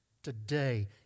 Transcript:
today